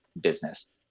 business